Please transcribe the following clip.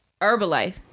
Herbalife